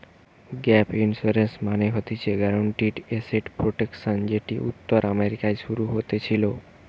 gap insurance মানে হতিছে guaranteed asset protection যেটি উত্তর আমেরিকায় শুরু হতেছিলো